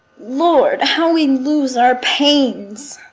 lord, how we lose our pains!